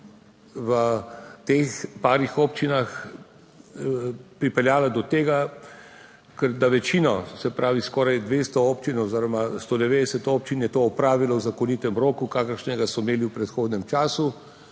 v teh nekaj občinah pripeljala do tega, ker večina, se pravi, skoraj 200 občin oziroma 190 občin je to opravilo v zakonitem roku, kakršnega so imeli v predhodnem času,